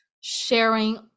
sharing